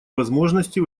возможности